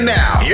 now